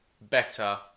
better